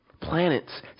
Planets